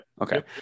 Okay